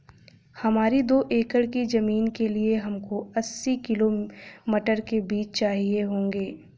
हमारी दो एकड़ की जमीन के लिए हमको अस्सी किलो मटर के बीज चाहिए होंगे